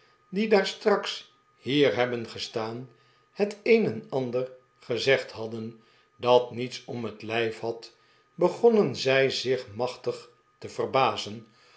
die daarstraks hier hebben gestaan het een en ander gezegd hadden dat niets om het lijf had begonnen zij zich machtig te verbazen